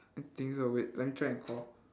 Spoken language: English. I think so wait let me try and call